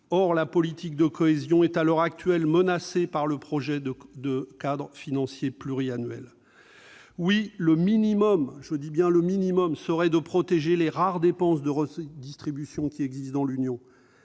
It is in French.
la politique de cohésion est menacée par le projet de cadre financier pluriannuel. Oui, le minimum- je dis bien « le minimum » -serait de protéger les rares dépenses de redistribution qui existent dans l'Union